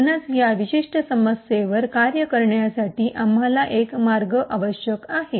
म्हणूनच या विशिष्ट समस्येवर कार्य करण्यासाठी आम्हाला एक मार्ग आवश्यक आहे